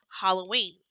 Halloween